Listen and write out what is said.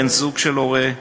בן-זוג של הורה,